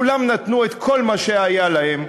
כולם נתנו את כל מה שהיה להם.